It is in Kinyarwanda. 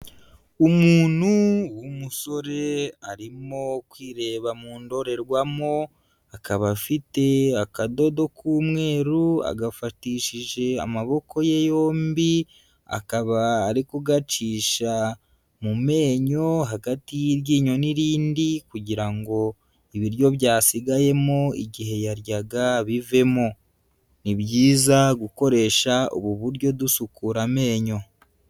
Umuntu w'umusore arimo kwireba mu ndorerwamo akaba afite akadodo k'umweru agafatishije amaboko ye yombi, akaba ari kugacisha mu menyo hagati y'iryinyo n'irindi, kugira ngo ibiryo byasigayemo igihe yaryaga bivemo. Ni byiza gukoresha ubu buryo dusukura amenyo.